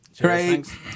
Great